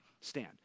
Stand